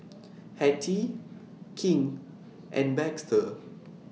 Hetty King and Baxter